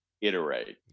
iterate